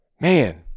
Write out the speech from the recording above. Man